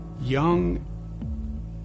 young